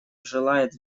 желает